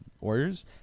Warriors